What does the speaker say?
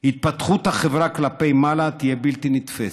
התפתחות החברה כלפי מעלה תהיה בלתי נתפסת,